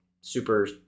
super